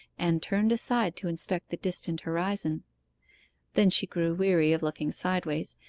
and turned aside to inspect the distant horizon then she grew weary of looking sideways,